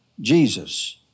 Jesus